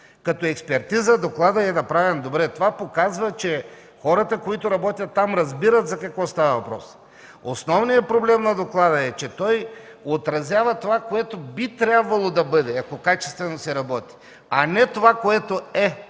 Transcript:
като експертиза докладът е направен добре. Това показва, че работещите там хора разбират за какво става въпрос. Основният проблем на доклада е, че той отразява това, което би трябвало да бъде, ако качествено се работи, а не това, което е